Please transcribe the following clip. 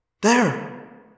There